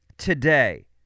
today